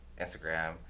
Instagram